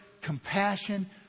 compassion